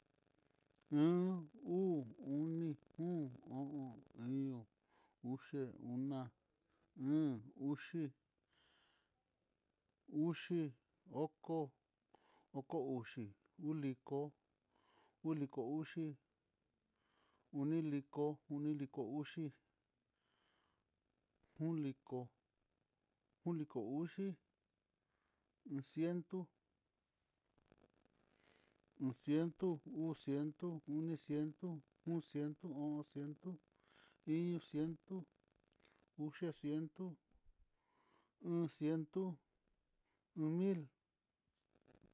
Uno, uu, oni, kum, o'on, iño, oxe, ona, o'on, uxi, uxi, oko, oko uxi, uliko, uliko uxi uniliko, oniliko uxi, uu liko, uliko uxi, iin ciento, iin ciento, uu ciento, oni ciento, o'on ciento, o'on, ciento, iño ciento, uxa ciento, u'un ciento, uu mil.